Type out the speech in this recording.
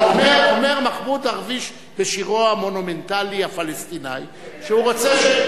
אומר מחמוד דרוויש בשירו המונומנטלי הפלסטיני שהוא רוצה,